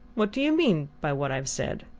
what do you mean by what i've said?